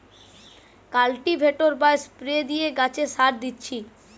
cultivator বা spray দিয়ে গাছে সার দিচ্ছি